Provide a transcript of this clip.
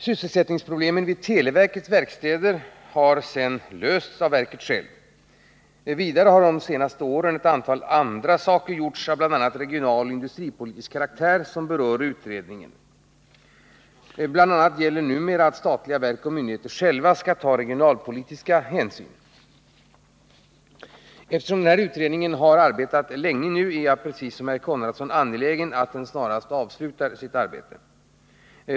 Sysselsättningsproblemen vid televerkets verkstäder har sedermera lösts av verket självt. Vidare har under de senaste åren ett antal andra åtgärder av bl.a. regionaloch industripolitisk karaktär som berör utredningen vidtagits. Således gäller numera bl.a. att statliga verk och myndigheter själva skall ta regionalpolitiska hänsyn. Eftersom utredningen har arbetat en längre tid är jag liksom Ingemar Konradsson angelägen att den snarast avslutar sitt arbete.